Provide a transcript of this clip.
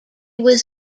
was